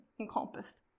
encompassed